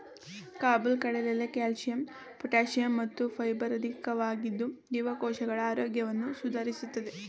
ಕಾಬುಲ್ ಕಡಲೆಲಿ calcium potassium ಮತ್ತು fibre ಅಧಿಕವಾಗಿದ್ದು ಜೀವಕೋಶಗಳ ಆರೋಗ್ಯವನ್ನು ಸುಧಾರಿಸ್ತದೆ